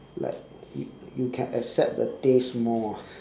like you you can accept the taste more ah